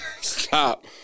stop